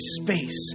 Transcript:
space